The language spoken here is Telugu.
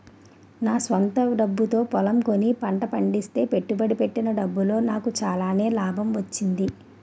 నా స్వంత డబ్బుతో పొలం కొని పంట పండిస్తే పెట్టుబడి పెట్టిన డబ్బులో నాకు చాలానే లాభం వచ్చింది